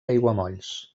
aiguamolls